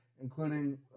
including